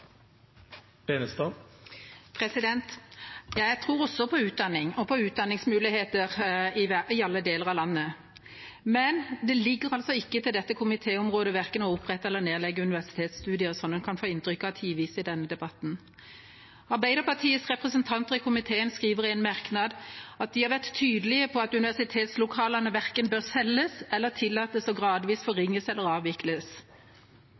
lokalsamfunnene. Jeg tror også på utdanning og utdanningsmuligheter i alle deler av landet, men det ligger ikke til dette komitéområdet verken å opprette eller å nedlegge universitetsstudier, som man tidvis kan få inntrykk av i denne debatten. Arbeiderpartiets representanter i komiteen skriver i en merknad at de «har vært tydelige på at universitetslokalene verken bør selges eller tillates å gradvis forringes eller avvikles».